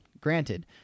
Granted